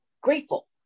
grateful